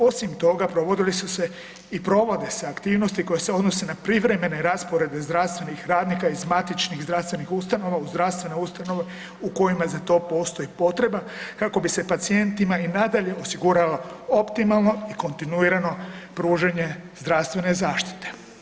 Osim toga, provodili su se i provode se aktivnosti koje se odnose na privremene rasporede zdravstvenih radnika iz matičnih zdravstvenih ustanova u zdravstvene ustanove u kojima za to postoji potreba kako bi se pacijentima i nadalje osiguralo optimalno i kontinuirano pružanje zdravstvene zaštite.